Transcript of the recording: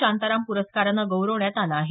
शांताराम प्रस्कारानं गौरवण्यात आलं आहे